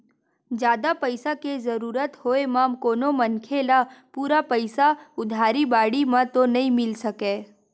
जादा पइसा के जरुरत होय म कोनो मनखे ल पूरा पइसा उधारी बाड़ही म तो नइ मिल सकय